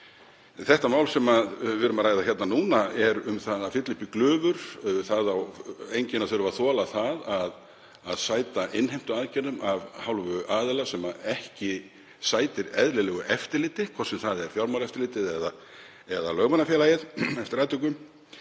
Það mál sem við erum að ræða hérna núna er um að fylla upp í glufur. Enginn á að þurfa að þola það að sæta innheimtuaðgerðum af hálfu aðila sem ekki sætir eðlilegu eftirliti, hvort sem það er Fjármálaeftirlitið eða Lögmannafélagið eftir atvikum.